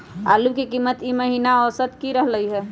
आलू के कीमत ई महिना औसत की रहलई ह?